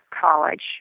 college